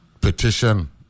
petition